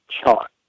chart